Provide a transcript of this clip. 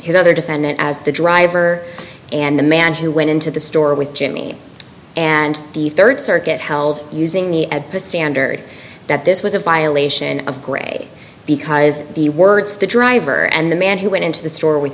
his other defendant as the driver and the man who went into the store with jimmy and the rd circuit held using the as the standard that this was a violation of gray because the words of the driver and the man who went into the store with